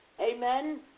amen